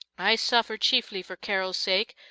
i suffer chiefly for carol's sake,